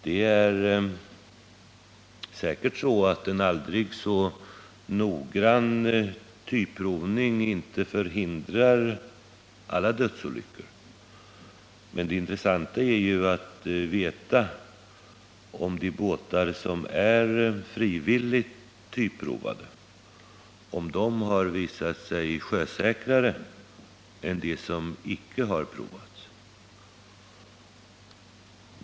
Det är säkert så att en aldrig så noggrann typprovning inte förhindrar alla dödsolyckor, men det intressanta är att få veta om de båtar, som är frivilligt typprovade, visat sig vara sjösäkrare än de som icke har provats.